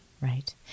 Right